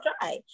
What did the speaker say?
try